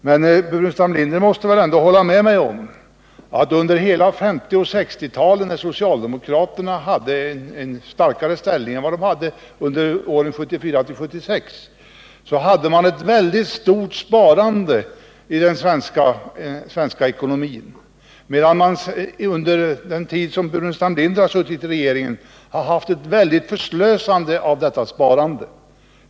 Men herr Burenstam Linder måste väl ändå hålla med mig om att under 1950 och 1960-talen, när socialdemokraterna hade en starkare ställning än under åren 1974-1976, var det ett mycket stort sparande i den svenska ekonomin, medan man under den tid som herr Burenstam Linder satt i regeringen har haft ett väldigt förslösande av detta sparande.